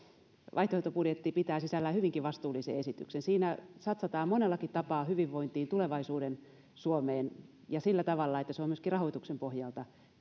vaihtoehtobudjetti pitää sisällään hyvinkin vastuullisen esityksen siinä satsataan monellakin tapaa hyvinvointiin tulevaisuuden suomeen ja sillä tavalla että se on myöskin rahoituksen pohjalta